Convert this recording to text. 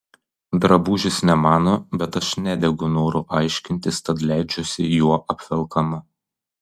drabužis ne mano bet aš nedegu noru aiškintis tad leidžiuosi juo apvelkama